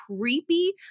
creepy